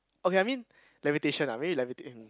okay I mean levitation ah I mean levitating